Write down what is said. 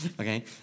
okay